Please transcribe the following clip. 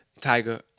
Tiger